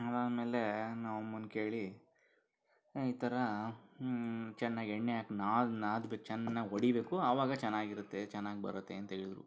ಆಮೇಲೆ ನಮ್ಮಮ್ಮನ್ನ ಕೇಳಿ ಈ ಥರ ಚೆನ್ನಾಗಿ ಎಣ್ಣೆ ಹಾಕಿ ನಾದಿ ನಾದಬೇಕು ಚೆನ್ನಾಗಿ ಹೊಡಿಬೇಕು ಅವಾಗ ಚೆನ್ನಾಗಿರುತ್ತೆ ಚೆನ್ನಾಗಿ ಬರುತ್ತೆ ಅಂತ ಹೇಳಿದರು